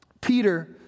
Peter